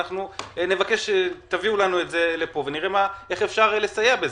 אנחנו נבקש שתביאו לנו את זה לפה ונראה איך אפשר לסייע בזה.